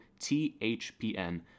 THPN